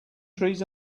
trees